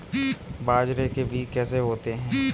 बाजरे के बीज कैसे होते हैं?